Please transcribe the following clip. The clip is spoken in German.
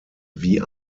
wie